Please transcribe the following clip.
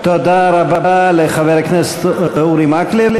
תודה רבה לחבר הכנסת אורי מקלב.